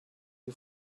you